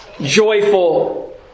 joyful